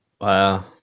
wow